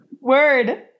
word